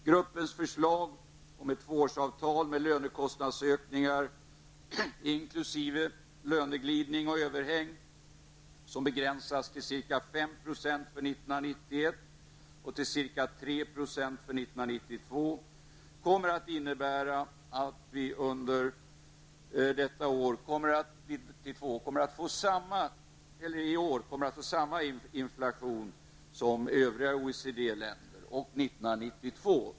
Gruppens förslag om ett tvåårsavtal med lönekostnadsökningar inkl. löneglidning och överhäng som begränsas till ca 5% för 1991 och till ca 3 % för 1992, kommer att innebära att vi i år kommer att få samma inflation som i övriga OECD länder och en något lägre inflation 1992.